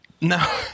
No